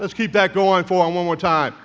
let's keep that going for one more time